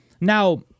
Now